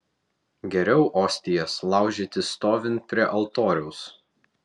geriau ostijas laužyti stovint prie altoriaus